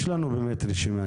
יש לנו רשימת תחנות,